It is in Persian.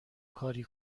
کاری